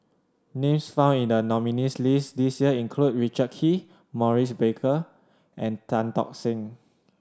names found in the nominees' list this year include Richard Kee Maurice Baker and Tan Tock Seng